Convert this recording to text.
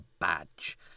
badge